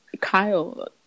Kyle